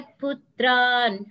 putran